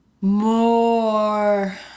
more